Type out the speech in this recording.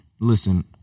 listen